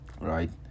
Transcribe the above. right